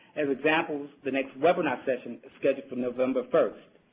as examples, the next webinar session is scheduled for november first,